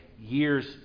years